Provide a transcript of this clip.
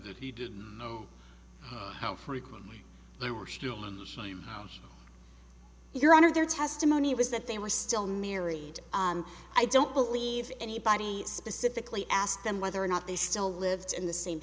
that he didn't know how frequently they were still in the same house your honor their testimony was that they were still married i don't believe anybody specifically asked them whether or not they still lived in the same